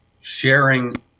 sharing